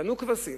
קנו כבשים,